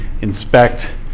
inspect